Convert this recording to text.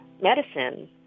medicine